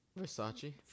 Versace